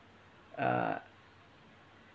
uh